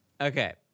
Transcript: Okay